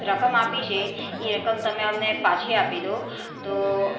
રકમ આપી છે એ રકમ તમે અમને પાછી આપી દો તો